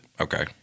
Okay